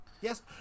Yes